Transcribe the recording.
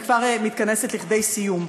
אני כבר מתכנסת לסיום.